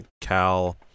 Cal